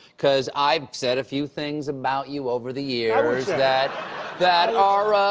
because i said a few things about you over the years that that are,